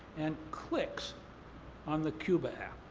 and clicks on the cuba app.